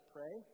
Pray